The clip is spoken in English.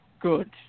good